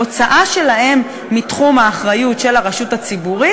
הוצאה שלהם מתחום האחריות של הרשות הציבורית.